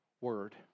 word